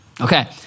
Okay